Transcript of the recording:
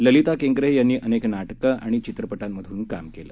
ललिता केंकरे यांनी अनेक नाटकं आणि चित्रपटांमधून काम केलं